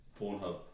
Pornhub